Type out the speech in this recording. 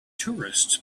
tourists